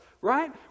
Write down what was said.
right